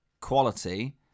quality